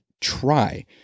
try